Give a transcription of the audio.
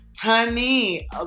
Honey